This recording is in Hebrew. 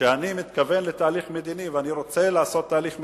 שאני מתכוון לתהליך מדיני ואני רוצה לעשות תהליך מדיני,